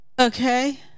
Okay